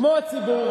כמו הציבור,